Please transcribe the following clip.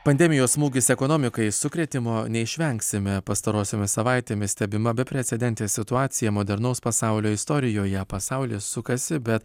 pandemijos smūgis ekonomikai sukrėtimo neišvengsime pastarosiomis savaitėmis stebima beprecedentė situacija modernaus pasaulio istorijoje pasaulis sukasi bet